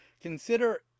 Consider